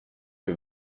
que